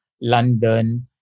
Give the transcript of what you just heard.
London